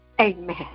Amen